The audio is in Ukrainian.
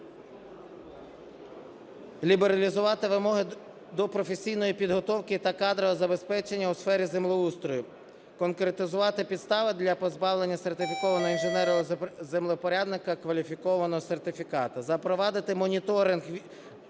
Лібералізувати вимоги до професійної підготовки та кадрового забезпечення у сфері землеустрою. Конкретизувати підстави для позбавлення сертифікованого інженера-землевпорядника кваліфікованого сертифіката. Запровадити моніторинг ринку